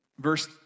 Verse